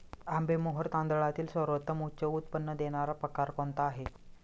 आंबेमोहोर तांदळातील सर्वोत्तम उच्च उत्पन्न देणारा प्रकार कोणता आहे?